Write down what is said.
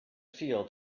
feel